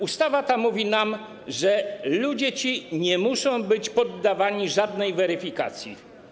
Ustawa ta mówi nam, że ludzie ci nie muszą być poddawani żadnej weryfikacji.